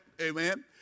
amen